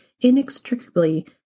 inextricably